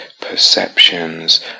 perceptions